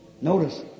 Notice